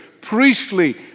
priestly